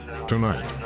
Tonight